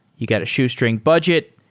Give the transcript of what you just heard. you get a shoestring budget.